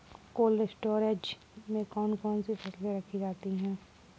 Cold storage में कौन कौन सी फसलें रखी जाती हैं?